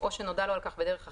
או שנודע לו על כך בדרך אחרת,